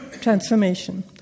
transformation